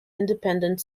independent